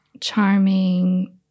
charming